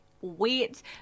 wait